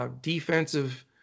defensive